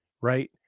right